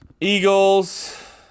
Eagles